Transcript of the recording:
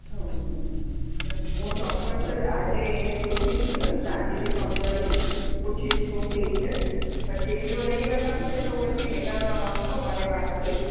હ હ હ હું ચોક્કસ આજે એને પૂછીશ શાંતિથી સમજાવીશ પૂછીશ શું કહે છે પછી જો એ નહીં બતાવશે તો પછી એના પપ્પાને વાત કરીશ